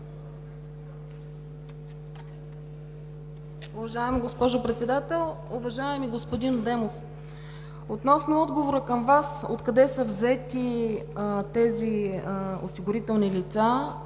Уважаема госпожо Председател! Уважаеми господин Адемов, относно отговора към Вас – откъде са взети тези осигурителни лица,